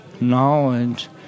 knowledge